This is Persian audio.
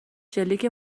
شلیک